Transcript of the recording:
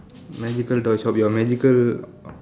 magical toy shop your magical